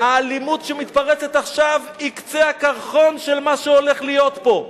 האלימות שמתפרצת עכשיו היא קצה הקרחון של מה שהולך להיות פה,